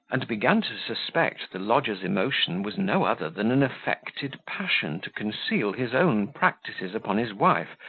and began to suspect the lodger's emotion was no other than an affected passion to conceal his own practices upon his wife,